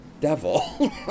devil